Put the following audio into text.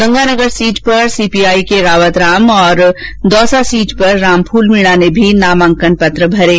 Ganganagar seat पर CPI के रावतराराम तथा दौसा सीट पर रामफूल मीणा ने भी नामांकन पत्र भरे हैं